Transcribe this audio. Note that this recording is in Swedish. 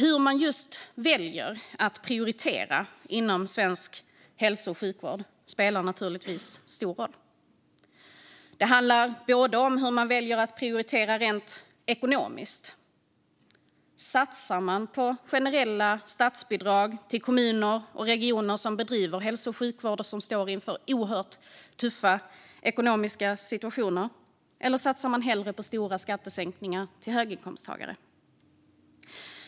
Hur man väljer att prioritera inom svensk hälso och sjukvård spelar naturligtvis stor roll. Det handlar om hur man väljer att prioritera rent ekonomiskt - satsar man på generella statsbidrag till kommuner och regioner som bedriver hälso och sjukvård och som står inför oerhört tuffa ekonomiska situationer, eller satsar man hellre på stora skattesänkningar till höginkomsttagare?